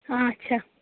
آچھا